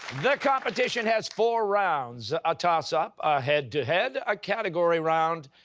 the competition has four rounds a toss-up, a head-to-head, a category round,